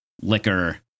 liquor